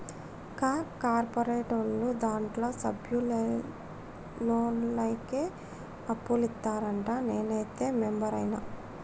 కా కార్పోరేటోళ్లు దాంట్ల సభ్యులైనోళ్లకే అప్పులిత్తరంట, నేనైతే మెంబరైన